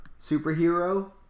Superhero